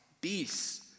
beasts